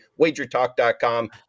WagerTalk.com